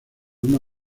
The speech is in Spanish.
una